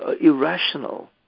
irrational